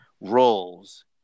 roles